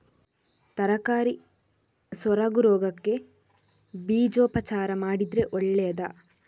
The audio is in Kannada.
ತರಕಾರಿ ಸೊರಗು ರೋಗಕ್ಕೆ ಬೀಜೋಪಚಾರ ಮಾಡಿದ್ರೆ ಒಳ್ಳೆದಾ?